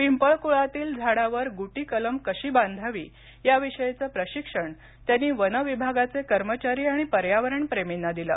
पिंपळ कुळातील झाडावर गुटी कलम कशी बांधावी याविषयीचे प्रशिक्षण त्यांनी वन विभागाचे कर्मचारी आणि पर्यावरण प्रेमींना दिलं